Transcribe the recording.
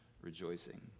rejoicing